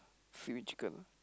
seaweed chicken